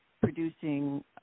producing